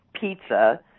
pizza